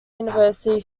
university